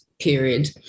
period